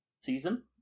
season